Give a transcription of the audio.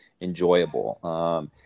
enjoyable